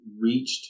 reached